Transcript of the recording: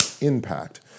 impact